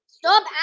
Stop